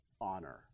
honor